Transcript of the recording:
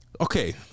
Okay